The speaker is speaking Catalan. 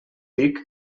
tic